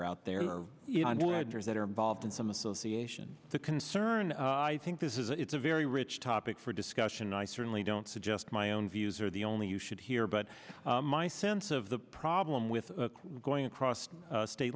headers that are involved in some association the concern i think this is it's a very rich topic for discussion i certainly don't suggest my own views are the only you should hear but my sense of the problem with going across